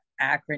acronym